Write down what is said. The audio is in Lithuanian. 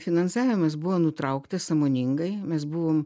finansavimas buvo nutrauktas sąmoningai mes buvom